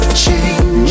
change